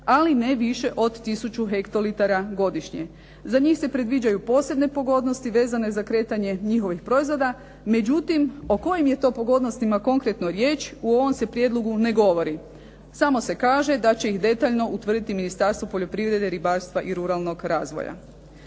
ali ne više od 1000 ha godišnje. Za njih se predviđaju posebne pogodnosti vezane za kretanje njihovih proizvoda. Međutim, o kojim je to pogodnostima konkretno riječ u ovom se prijedlogu ne govori. Samo se kaže da će ih detaljno utvrditi Ministarstvo poljoprivrede, ribarstva i ruralnog razvoja.